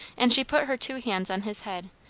and she put her two hands on his head,